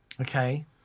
Okay